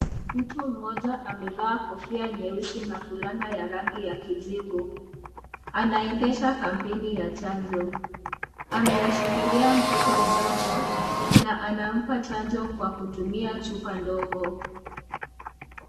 Mtu mmoja ameva kofia nyeusi na fulana ya kijivu. Anaendesha kampeni ya chanjo, amemshikilia mtoto mdogo na anampa chanjo kwa kutumia chupa ndogo.